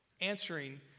answering